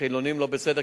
החילונים לא בסדר,